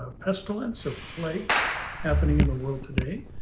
pestilence or plagues happening in the world today.